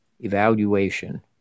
evaluation